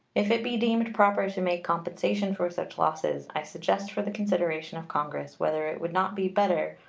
if it be deemed proper to make compensation for such losses, i suggest for the consideration of congress whether it would not be better,